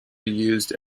used